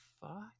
fuck